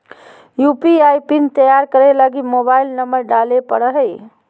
UPI PIN तैयार करे लगी मोबाइल नंबर डाले पड़ो हय